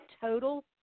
total